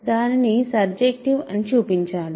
దానిని సర్జెక్టివ్ అని చూపించాలి